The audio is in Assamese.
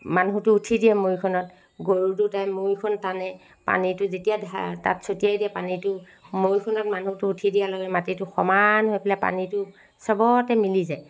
মানুহটো উঠি দিয়ে মৈখনত গৰু দুটাই মৈখন টানে পানী পানীটো যেতিয়া ধা তাত ছটিয়াই দিয়ে পানীটো মৈখনত মানুহটো উঠি দিয়া লগে লগে মাটিটো সমান হৈ পেলাই পানীটো চবতে মিলি যায়